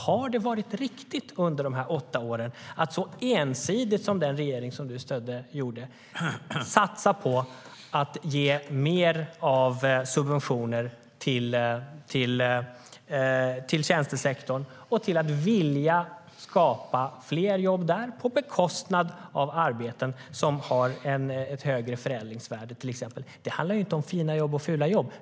Har det varit riktigt under dessa åtta år att så ensidigt som den regering som du stödde gjorde satsa på att ge mer subventioner till tjänstesektorn för att skapa fler jobb där på bekostnad av arbeten som har ett högre förädlingsvärde? Det handlar inte om fina jobb och fula jobb.